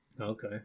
Okay